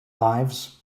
lives